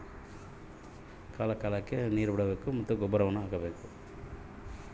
ಮೆಕ್ಕೆಜೋಳದ ಬೆಳೆ ಚೊಲೊ ಇಳುವರಿ ಬರಬೇಕಂದ್ರೆ ಏನು ಮಾಡಬೇಕು?